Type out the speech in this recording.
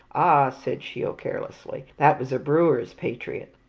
ah, said sheil carelessly, that was a brewer's patriot.